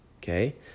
okay